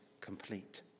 complete